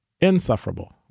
insufferable